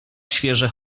świeże